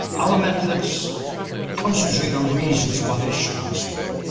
other methods concentrate on reasons why they shouldn't smoke,